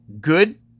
good